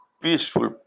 peaceful